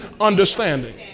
understanding